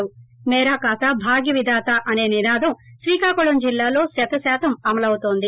మేరా ఖాతా భాగ్య విధాత అసే నినాదం శ్రీకాకుళం జిల్లాలో శత శాతం అమలౌతుంది